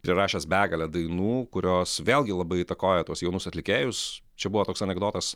prirašęs begalę dainų kurios vėlgi labai įtakoja tuos jaunus atlikėjus čia buvo toks anekdotas